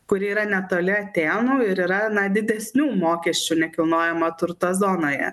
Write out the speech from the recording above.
kuri yra netoli atėnų ir yra na didesnių mokesčių nekilnojamo turto zonoje